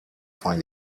find